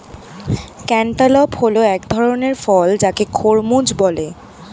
cantaloupe হল এক ধরণের ফল যাকে খরমুজ বলে